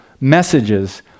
messages